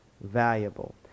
valuable